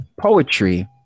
Poetry